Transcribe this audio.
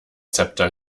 zepter